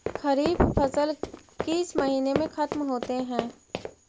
खरिफ फसल किस महीने में ख़त्म होते हैं?